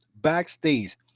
backstage